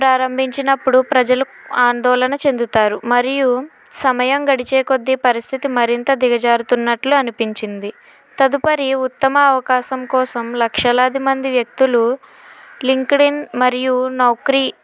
ప్రారంభించినప్పుడు ప్రజలు ఆందోళన చెందుతారు మరియు సమయం గడిచే కొద్ది పరిస్థితి మరింత దిగజారుతున్నట్లు అనిపించింది తదుపరి ఉత్తమ అవకాశం కోసం లక్షలాది మంది వ్యక్తులు లింక్డ్ఇన్ మరియు నౌక్రీ